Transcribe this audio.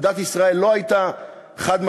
עמדת ישראל לא הייתה חד-משמעית.